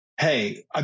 Hey